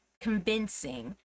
convincing